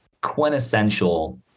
quintessential